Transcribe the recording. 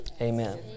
Amen